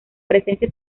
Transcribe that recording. presencia